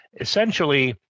essentially